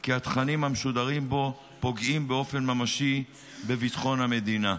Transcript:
כי התכנים המשודרים בו פוגעים באופן ממשי בביטחון המדינה.